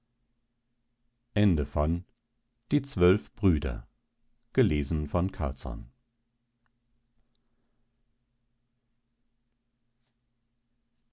die zwölf brüder es